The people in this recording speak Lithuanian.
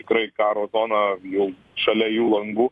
tikrai karo zona jau šalia jų langų